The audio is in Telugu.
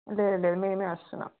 లేదు లేదు మేమే వస్తున్నాను